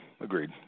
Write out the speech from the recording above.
agreed